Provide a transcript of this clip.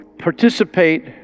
participate